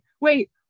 wait